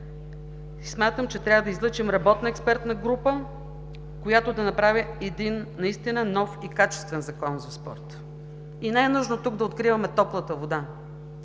Смятам, че трябва да излъчим работна експертна група, която да направи един наистина нов и качествен Закон за спорта. И не е нужно тук да откриваме топлата вода.